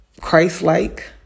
Christ-like